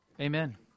amen